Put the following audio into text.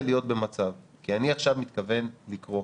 להיות במצב כי אני עכשיו מתכוון לקרוא